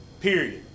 Period